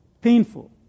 painful